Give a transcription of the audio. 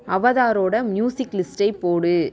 அவதாரோட music லிஸ்ட்டைப் போடு